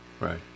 right